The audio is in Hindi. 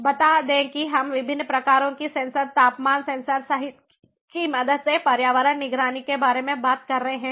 बता दें कि हम विभिन्न प्रकारों की सेंसर तापमान सेंसर सहित की मदद से पर्यावरण निगरानी के बारे में बात कर रहे हैं